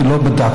כי לא בדקתי.